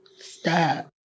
Stop